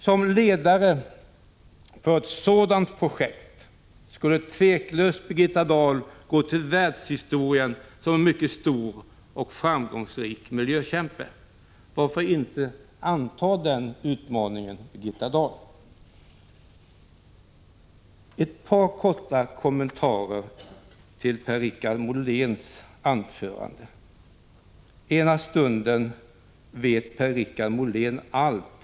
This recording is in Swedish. Som ledare för ett sådant projekt skulle Birgitta Dahl tveklöst gå till världshistorien som en mycket stor och framgångsrik miljökämpe. Varför inte anta den utmaningen, Birgitta Dahl? Jag vill gärna göra ett par kommentarer till Per-Richard Moléns anförande. Ibland framställer Per-Richard Molén det som om han hade svaren på allt.